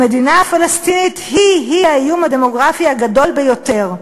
המדינה הפלסטינית היא-היא האיום הדמוגרפי הגדול ביותר.